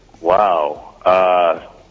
Wow